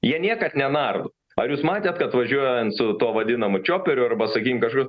jie niekad nenardo ar jūs matėte kad važiuojant su tuo vadinamu čioperiu arba sakykim kažkokiu